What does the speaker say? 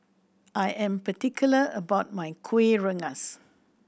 I am particular about my Kueh Rengas